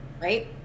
right